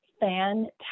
fantastic